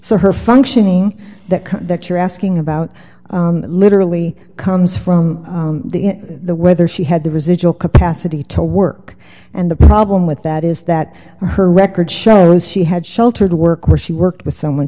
so her functioning that that you're asking about literally comes from the whether she had the residual capacity to work and the problem with that is that her record shows she had sheltered work where she worked with someone